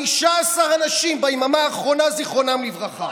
15 אנשים ביממה האחרונה, זיכרונם לברכה.